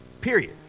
period